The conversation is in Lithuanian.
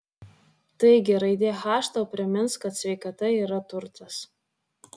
taigi raidė h tau primins kad sveikata yra turtas